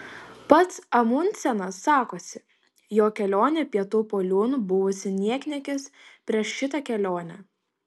pats amundsenas sakosi jo kelionė pietų poliun buvusi niekniekis prieš šitą kelionę